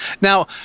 Now